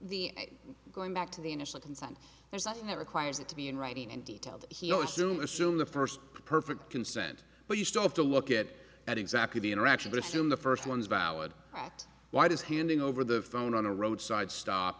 the going back to the initial consent there's nothing that requires it to be in writing and details he always assume assume the first perfect consent but you still have to look at it at exactly the interactionist in the first one is valid but why does handing over the phone on a roadside stop